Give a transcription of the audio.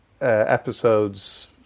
episodes